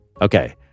Okay